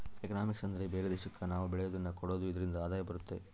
economics ಅಂದ್ರೆ ಬೇರೆ ದೇಶಕ್ಕೆ ನಾವ್ ಬೆಳೆಯೋದನ್ನ ಕೊಡೋದು ಇದ್ರಿಂದ ಆದಾಯ ಬರುತ್ತೆ